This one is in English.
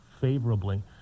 favorably